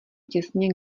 těsně